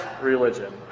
religion